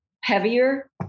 heavier